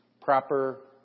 proper